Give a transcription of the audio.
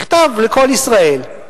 מכתב ל"קול ישראל".